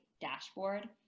dashboard